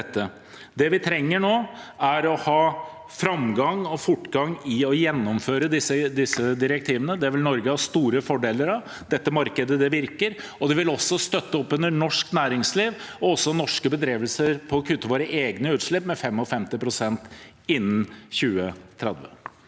vi trenger nå, er å ha framgang og fortgang i å gjennomføre disse direktivene. Det vil Norge ha store fordeler av. Dette markedet virker, og det vil også støtte opp under norsk næringsliv og norske bestrebelser på å kutte våre egne utslipp med 55 pst. innen 2030.